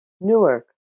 Newark